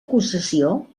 acusació